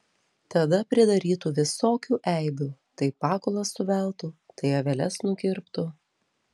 tada pridarytų visokių eibių tai pakulas suveltų tai aveles nukirptų